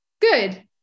good